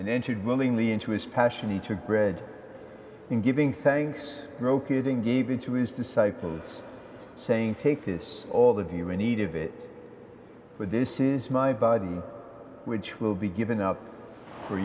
entered willingly into his passion each of bread in giving thanks broke it in gave it to his disciples saying take this all that he really need of it but this is my body which will be given up for